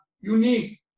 unique